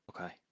okay